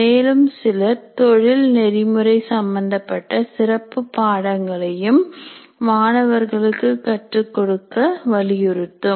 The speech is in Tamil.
மேலும் சிலர் தொழில் நெறிமுறை சம்பந்தப்பட்ட சிறப்பு பாடங்களையும் மாணவர்களுக்கு கற்றுக் கொடுக்க வலியுறுத்தும்